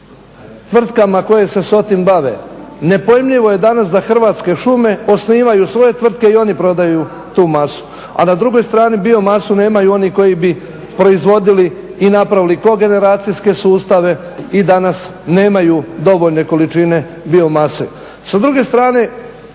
tvrtkama koje se sa tim bave. Nepojmljivo je danas da Hrvatske šume osnivaju svoje tvrtke i oni prodaju tu masu a na drugoj strani bio masu nemaju oni koji bi proizvodili i napravili ko generacijske sustave i danas nemaju dovoljne količine bio mase.